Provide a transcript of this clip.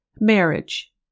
Marriage